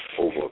over